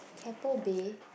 Keppel Bay